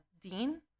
Dean